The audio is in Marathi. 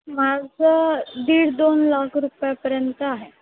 माझं दीड दोन लाख रुपयापर्यंत आहे